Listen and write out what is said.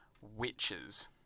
witches